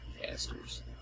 casters